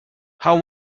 how